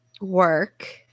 work